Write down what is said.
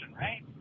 right